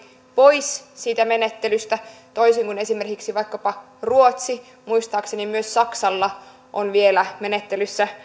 pois siitä menettelystä toisin kuin esimerkiksi vaikkapa ruotsi muistaakseni myös saksalla on vielä menettelyssä